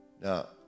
Now